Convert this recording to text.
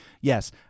Yes